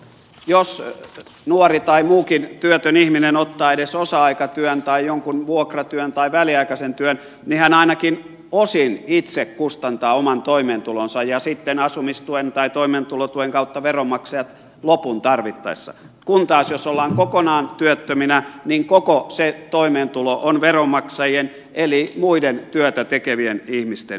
jos nuori tai muukin työtön ihminen ottaa edes osa aikatyön tai jonkun vuokratyön tai väliaikaisen työn niin hän ainakin osin itse kustantaa oman toimeentulonsa ja sitten asumistuen tai toimeentulotuen kautta veronmaksajat lopun tarvittaessa kun taas jos ollaan kokonaan työttöminä niin koko se toimeentulo on veronmaksajien eli muiden työtä tekevien ihmisten piikissä